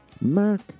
Mark